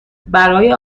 برای